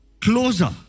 Closer